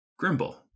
Grimble